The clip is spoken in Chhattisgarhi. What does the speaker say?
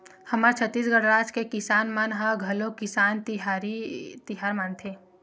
हमर छत्तीसगढ़ राज के किसान मन ह घलोक किसान तिहार मनाथे